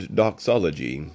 doxology